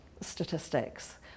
statistics